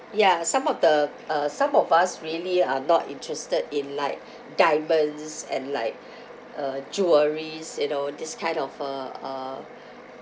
ya some of the uh some of us really are not interested in like diamonds and like uh jewelleries you know this kind of uh uh